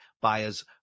buyers